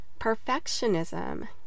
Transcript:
Perfectionism